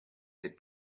des